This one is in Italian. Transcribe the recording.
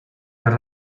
per